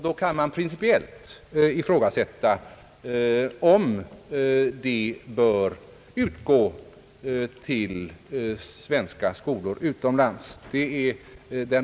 Då kan man principiellt ifrågasätta om sådana bidrag bör utgå till svenska skolor utomlands.